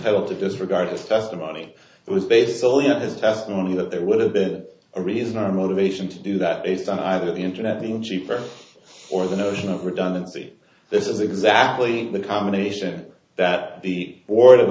tell to disregard this testimony it was based solely on his testimony that there would have been a reason our motivation to do that is to either the internet being cheaper or the notion of redundancy this is exactly the combination that the board of